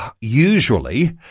usually